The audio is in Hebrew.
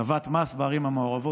הטבת מס בערים המעורבות,